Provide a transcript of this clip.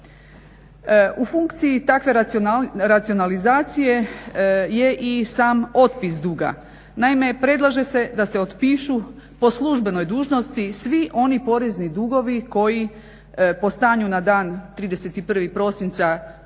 U funkciji takve racionalizacije je i sam otpis duga. Naime, predlaže se da se otpišu po službenoj dužnosti svi oni porezni dugovi koji po stanju na dan 31. prosince tekuće